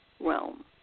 realm